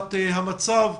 חומרת המצב.